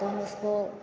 तो हम उसको